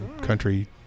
country